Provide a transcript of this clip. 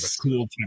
cool